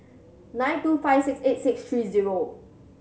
nine two five six eight six three zero